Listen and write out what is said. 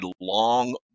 long